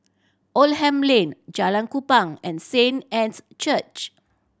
Oldham Lane Jalan Kupang and Saint Anne's Church